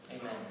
Amen